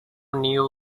new